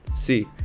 See